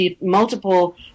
multiple